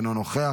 אינו נוכח,